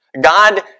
God